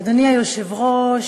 אדוני היושב-ראש,